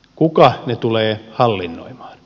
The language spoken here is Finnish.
kuka ne tulee hallinnoimaan